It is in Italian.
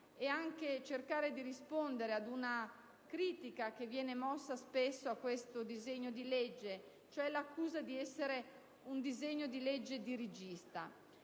nonché cercare di rispondere ad una critica che viene mossa spesso ad questo disegno di legge, cioè l'accusa di essere dirigista.